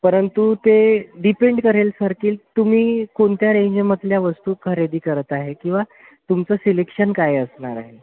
परंतु ते डिपेंड करेल सर कील तुम्ही कोणत्या रेंजमधल्या वस्तू खरेदी करत आहे किंवा तुमचं सिलेक्शन काय असणार आहे